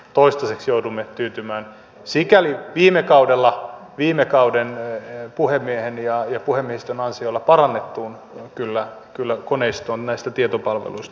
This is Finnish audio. toistaiseksi joudumme tyytymään sikäli viime kaudella viime kauden puhemiehen ja puhemiehistön ansioilla kyllä parannettuun koneistoon näistä tietopalveluista